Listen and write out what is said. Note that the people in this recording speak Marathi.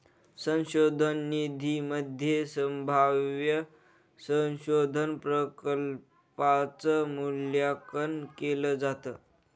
संशोधन निधीमध्ये संभाव्य संशोधन प्रकल्पांच मूल्यांकन केलं जातं